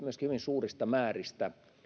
myöskin hyvin suurista määristä